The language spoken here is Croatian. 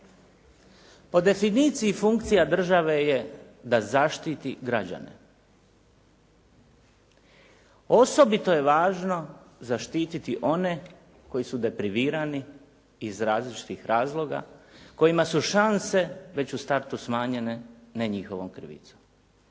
Po definiciji funkcija države je da zaštiti građane. Osobito je važno zaštititi one koji su deprivirani iz različitih razloga, kojima su šanse već u startu smanjene ne njihovom krivicom.